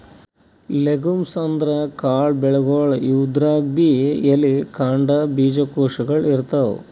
legumes ಅಂದ್ರ ಕಾಳ್ ಬೆಳಿಗೊಳ್, ಇವುದ್ರಾಗ್ಬಿ ಎಲಿ, ಕಾಂಡ, ಬೀಜಕೋಶಗೊಳ್ ಇರ್ತವ್